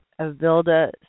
Avilda